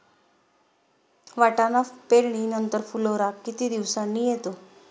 वाटाणा पेरणी नंतर फुलोरा किती दिवसांनी येतो?